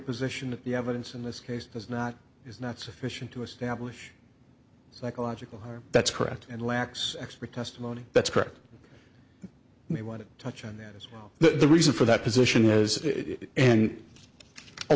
position that the evidence in this case does not is not sufficient to establish psychological that's correct and lacks expert testimony that's correct we want to touch on that as well the reason for that position is and a